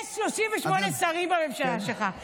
יש 38 שרים בממשלה שלך,